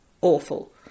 awful